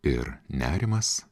ir nerimas